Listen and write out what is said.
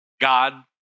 God